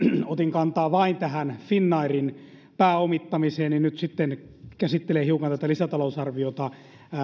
otin kantaa vain tähän finnairin pääomittamiseen niin nyt sitten käsittelen hiukan tätä lisätalousarviota